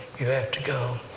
you have to go!